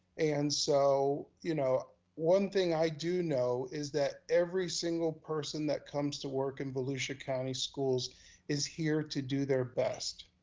and so, you know, one thing i do know is that every single person that comes to work in volusia county schools is here to do their best.